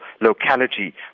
locality